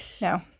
No